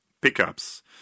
pickups